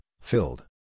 filled